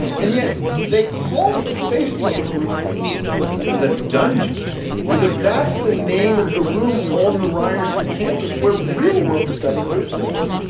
and yet they called the facebook group the dungeon because that's the name of the room on the reyerson campus where real world study groups meet,